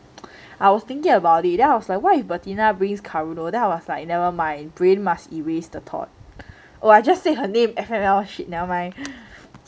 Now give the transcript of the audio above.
I was thinking about it then I was like why if bettina brings karudo then I was like never mind brain must erased the thought oh I just say her name F_M_L !shit! never mind